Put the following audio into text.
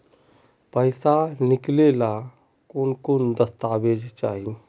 पैसा निकले ला कौन कौन दस्तावेज चाहिए?